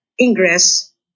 Ingress